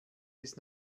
ist